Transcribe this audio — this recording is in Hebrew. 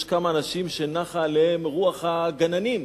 יש כמה אנשים שנחה עליהם רוח הגננים,